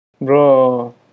Bro